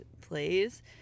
plays